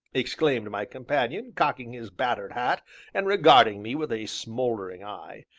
exclaimed my companion, cocking his battered hat and regarding me with a smouldering eye,